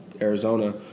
Arizona